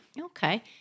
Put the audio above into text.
Okay